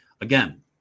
Again